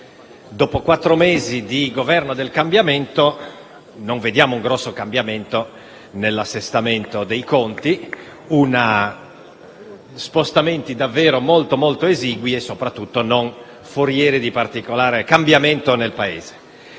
dopo quattro mesi di Governo del cambiamento, non vediamo un grande cambiamento nell'assestamento dei conti, ma spostamenti davvero molto esigui e soprattutto non forieri di particolare rinnovamento nel Paese.